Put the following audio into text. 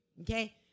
okay